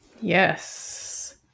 yes